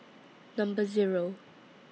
Number Zero